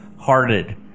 Hearted